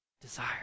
Desire